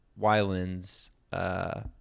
Wyland's